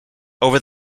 over